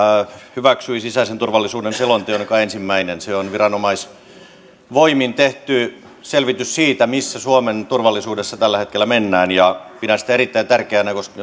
hyväksyi sisäisen turvallisuuden selonteon joka on ensimmäinen se on viranomaisvoimin tehty selvitys siitä missä suomen turvallisuudessa tällä hetkellä mennään pidän sitä erittäin tärkeänä koska